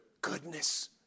goodness